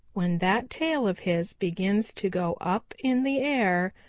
when that tail of his begins to go up in the air,